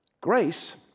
Grace